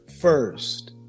first